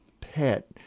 pet